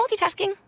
multitasking